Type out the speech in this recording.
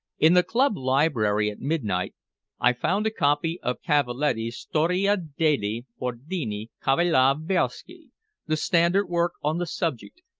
in the club library at midnight i found a copy of cappelletti's storia degli ordini cavallereschi, the standard work on the subject,